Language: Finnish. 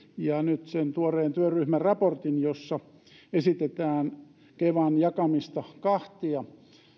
ja nyt sen tuoreen työryhmäraportin jossa esitetään kevan jakamista kahtia